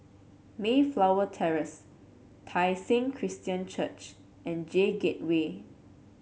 Mayflower Terrace Tai Seng Christian Church and J Gateway